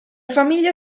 famiglia